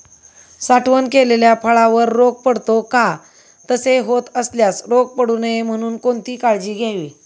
साठवण केलेल्या फळावर रोग पडतो का? तसे होत असल्यास रोग पडू नये म्हणून कोणती काळजी घ्यावी?